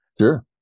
Sure